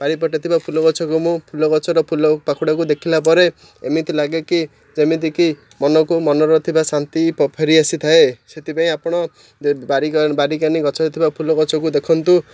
ବାରିପଟେ ଥିବା ଫୁଲ ଗଛକୁ ମୁଁ ଫୁଲ ଗଛର ଫୁଲ ପାଖୁଡ଼ାକୁ ଦେଖିଲା ପରେ ଏମିତି ଲାଗେ କିି ଯେମିତିକି ମନକୁ ମନରେ ଥିବା ଶାନ୍ତି ଫେରିଆସି ଥାଏ ସେଥିପାଇଁ ଆପଣ ବାରିକାନି ଗଛରେ ଥିବା ଫୁଲ ଗଛକୁ ଦେଖନ୍ତୁ